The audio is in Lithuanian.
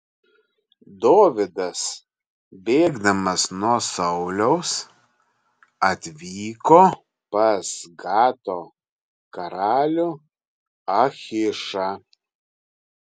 dovydas bėgdamas nuo sauliaus atvyko pas gato karalių achišą